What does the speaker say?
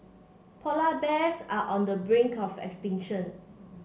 polar bears are on the brink of extinction